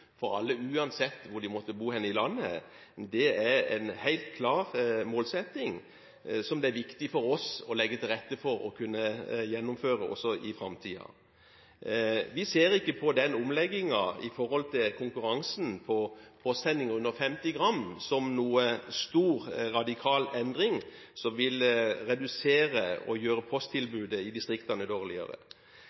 for alle uansett hvor de måtte bo i landet, er en helt klar målsetting som det er viktig for oss å legge til rette for, og kunne gjennomføre, også i framtiden. Vi ser ikke på omleggingen av konkurransen på postsendinger under 50 gram som noen stor, radikal endring som vil redusere posttilbudet i distriktene og gjøre det dårligere.